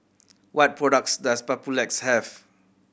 what products does Papulex have